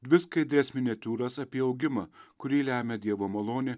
dvi skaidrias miniatiūras apie augimą kurį lemia dievo malonė